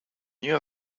knew